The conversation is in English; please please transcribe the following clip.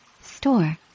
store